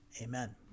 amen